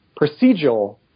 procedural